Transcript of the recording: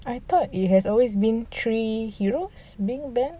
I thought it has always been three heroes being ban